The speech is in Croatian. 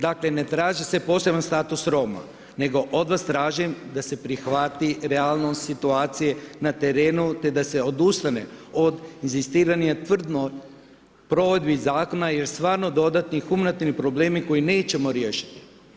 Dakle, ne traži se poseban status Roma, nego od vas tražim, da se prihvati realnost situacije na terenu, te da se odustane od inzistiranja tvrdno provedbi zakona, jer stvarno dodatni humanitarni problemi koje nećemo riješiti.